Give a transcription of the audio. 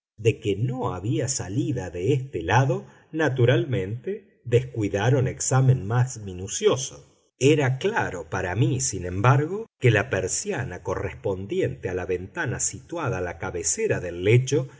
de que no había salida de este lado naturalmente descuidaron examen más minucioso era claro para mí sin embargo que la persiana correspondiente a la ventana situada a la cabecera del lecho